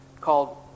called